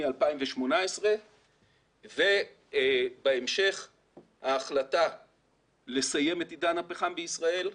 2018. בהמשך ההחלטה לסיים את עידן הפחם בישראל,